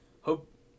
Hope